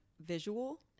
visual